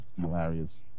hilarious